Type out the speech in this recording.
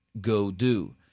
go-do